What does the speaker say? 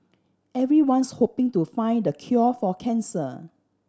everyone's hoping to find the cure for cancer